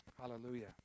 Hallelujah